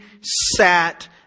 sat